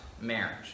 Marriage